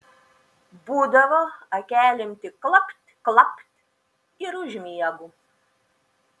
būdavo akelėm tik klapt klapt ir užmiegu